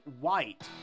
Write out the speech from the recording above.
White